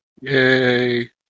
Yay